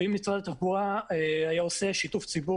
ואם משרד התחבורה היה עושה שיתוף ציבור